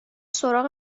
سراغ